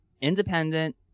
independent